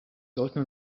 sollten